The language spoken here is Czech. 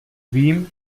vím